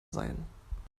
seien